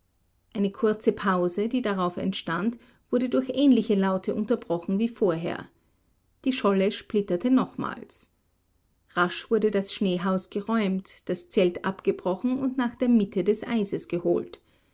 eine kurze pause die darauf entstand wurde durch ähnliche laute unterbrochen wie vorher die scholle splitterte nochmals rasch wurde das schneehaus geräumt das zelt abgebrochen und nach der mitte des eises geholt